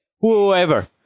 whoever